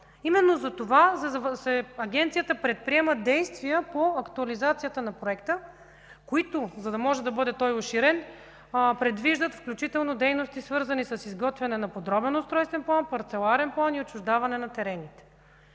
Именно затова Агенцията предприема действия по актуализацията на проекта, които, за да може да бъде той уширен, предвиждат включително дейности, свързани с изготвяне на Подробен устройствен план, парцеларен план и отчуждаване на терените.